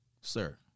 sir